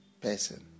person